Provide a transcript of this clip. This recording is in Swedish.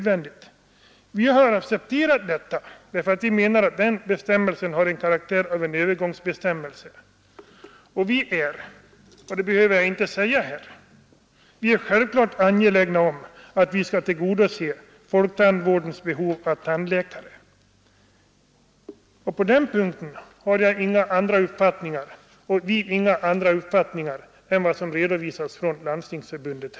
Vi har accepterat detta, eftersom vi menar att den bestämmelsen har karaktären av övergångsbestämmelse. Vi är — det behöver jag inte säga här — självfallet angelägna om att folktandvårdens behov av tandläkare skall tillgodoses. På den punkten har vi inte heller någon annan uppfattning än den som redovisats av Landstingsförbundet.